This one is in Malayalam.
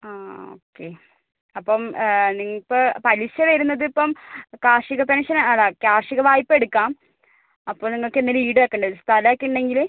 ആ ഓക്കേ അപ്പം പലിശ വരുന്നതിപ്പം കാർഷിക പെൻഷൻ അല്ല കാർഷിക വായ്പ എടുക്കാം അപ്പം നിങ്ങൾക്കെന്തെങ്കിലും ഈട് വയ്ക്കേണ്ടിവരും സ്ഥലമൊക്കെയുണ്ടെങ്കിൽ